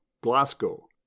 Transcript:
Glasgow